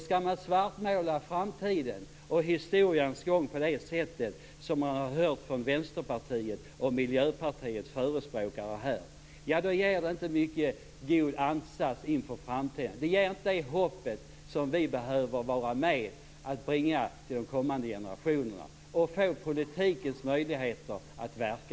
Skall man svartmåla framtiden och historiens gång på det sätt som Vänsterpartiets och Miljöpartiets förespråkare har gjort här får man ingen god ansats inför framtiden. Det ger inte det hopp som vi behöver vara med och bringa till de kommande generationerna, och då får vi inte politikens möjligheter att verka.